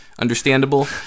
Understandable